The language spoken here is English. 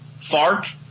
FARC